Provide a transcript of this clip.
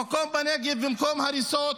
המקום בנגב, במקום הריסות,